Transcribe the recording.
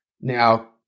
now